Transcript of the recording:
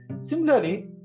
similarly